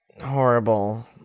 horrible